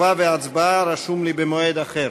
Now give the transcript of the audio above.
תשובה והצבעה, רשום לי, במועד אחר.